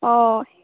অঁ